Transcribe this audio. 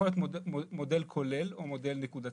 יכול להיות מודל כולל או מודל נקודתי.